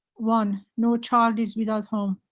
one no child is without home.